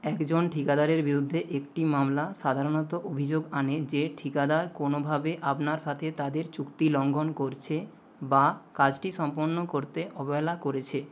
একজন ঠিকাদারের বিরুদ্ধে একটি মামলা সাধারণত অভিযোগ আনে যে ঠিকাদার কোনোভাবে আপনার সাথে তাদের চুক্তি লঙ্ঘন করছে বা কাজটি সম্পন্ন করতে অবহেলা করেছে